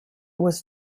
was